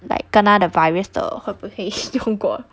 like kena the virus 的会不会用过